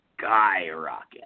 skyrocket